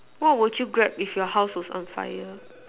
what would you Grab if your house was on fire